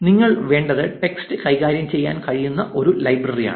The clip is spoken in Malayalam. നിങ്ങൾക്ക് വേണ്ടത് ടെക്സ്റ്റ് കൈകാര്യം ചെയ്യാൻ കഴിയുന്ന ഒരു ലൈബ്രറിയാണ്